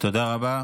תודה רבה.